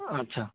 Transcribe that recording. আচ্ছা